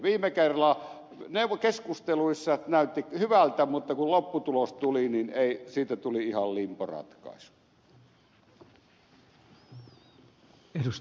viime kerralla keskusteluissa näytti hyvältä mutta kun lopputulos tuli niin siitä tuli ihan limbo ratkaisu